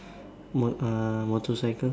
mo~ uh motorcycle